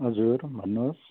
हजुर भन्नुहोस्